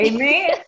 Amen